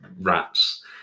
rats